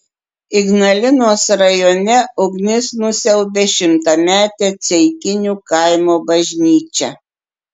ignalinos rajone ugnis nusiaubė šimtametę ceikinių kaimo bažnyčią